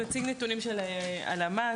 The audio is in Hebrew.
נתונים של הלמ״ס,